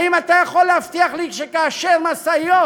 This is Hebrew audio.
האם אתה יכול להבטיח לי שכאשר משאיות,